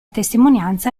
testimonianza